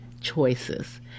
choices